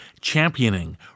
championing